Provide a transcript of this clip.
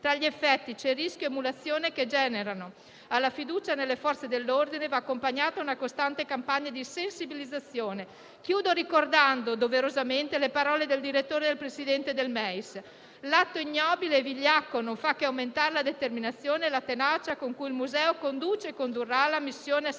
tra gli effetti c'è il rischio dell'emulazione che generano. Alla fiducia nelle Forze dell'ordine va accompagnata una costante campagna di sensibilizzazione. Concludo il mio intervento ricordando, doverosamente, le parole del presidente del MEIS e del direttore: «L'atto ignobile e vigliacco non fa che aumentare la determinazione e la tenacia con cui il museo conduce e condurrà la missione assegnatagli